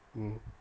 mm